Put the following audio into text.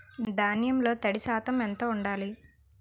ధాన్యంలో తడి శాతం ఎంత ఉండాలి?